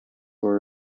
were